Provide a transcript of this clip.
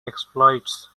exploits